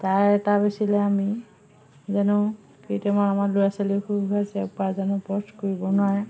তাৰ এটা বেচিলে আমি যেনেও কেইটামান আমাৰ ল'ৰা ছোৱালী সৰু সুৰা উপাৰ্জনৰ পথ কৰিব নোৱাৰে